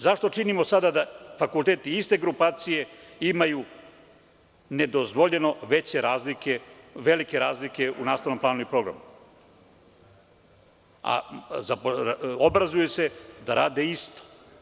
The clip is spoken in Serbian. Zašto činimo sada da fakulteti iste grupacije imaju nedozvoljeno velike razlike u nastavnom planu i programu, a obrazuju se da rade isto?